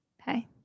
hi